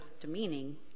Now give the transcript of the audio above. demeaning